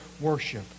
worship